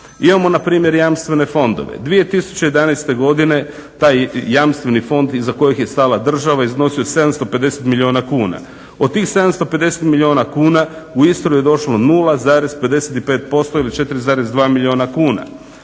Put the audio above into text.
Imamo npr. jamstvene fondove. 2011.godine taj jamstveni fond iza kojeg je stala država iznosio 750 milijuna kuna. Od 750 milijuna kuna u Istru je došlo 0,55% ili 4,2 milijuna kuna.